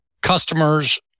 customers